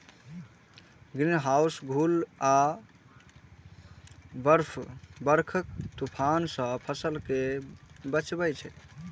greenhouse धूल आ बर्फक तूफान सं फसल कें बचबै छै